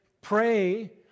pray